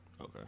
Okay